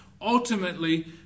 ultimately